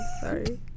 sorry